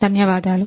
ధన్యవాదాలు